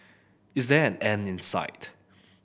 is there an end in sight